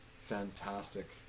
fantastic